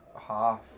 half